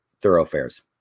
thoroughfares